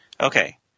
Okay